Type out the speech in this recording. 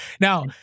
Now